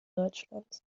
deutschlands